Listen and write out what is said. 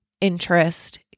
interest